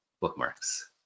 bookmarks